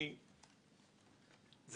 זה